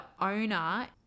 owner